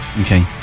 Okay